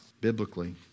biblically